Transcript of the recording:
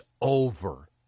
over